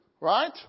right